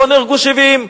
פה נהרגו 70,